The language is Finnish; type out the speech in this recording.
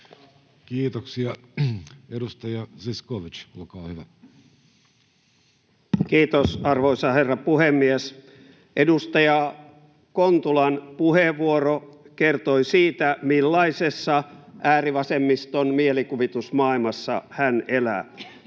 lakien muuttamisesta Time: 14:30 Content: Kiitos, arvoisa herra puhemies! Edustaja Kontulan puheenvuoro kertoi siitä, millaisessa äärivasemmiston mielikuvitusmaailmassa hän elää.